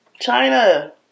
China